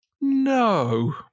no